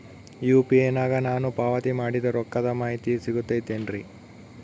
UPI ನಾಗ ನಾನು ಪಾವತಿ ಮಾಡಿದ ರೊಕ್ಕದ ಮಾಹಿತಿ ಸಿಗುತೈತೇನ್ರಿ?